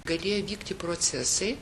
galėjo vykti procesai